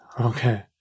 okay